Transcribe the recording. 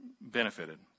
benefited